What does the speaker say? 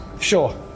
sure